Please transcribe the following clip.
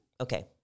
Okay